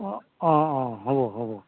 অঁ অঁ অঁ হ'ব হ'ব